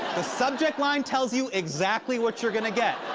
the subject line tells you exactly what you're gonna get.